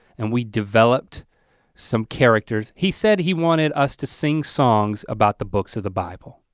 and we developed some characters. he said he wanted us to sing songs about the books of the bible.